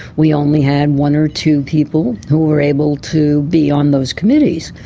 we only had one or two people who were able to be on those committees.